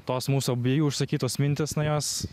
tos mūsų abiejų išsakytos mintys na jos